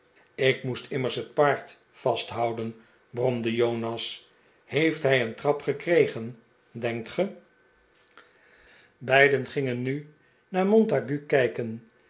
ik moest immers het paard vasthouden bromde jonas heeft hij een trap gekregen denkt ge een ongeluk beiden gingen nu naar montague kijken